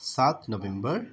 सात नोभेम्बर